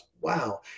wow